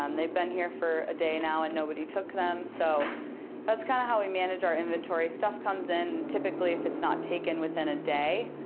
um they've been here for a day now, and nobody took them, so that's kind of how we manage our inventory, stuff comes in. typically, if it's not taken within a day,